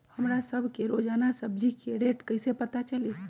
हमरा सब के रोजान सब्जी के रेट कईसे पता चली?